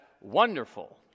wonderful